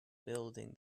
building